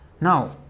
Now